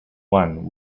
one